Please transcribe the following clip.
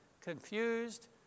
confused